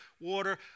water